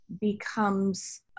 becomes